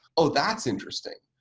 oh, that's interesting,